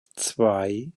zwei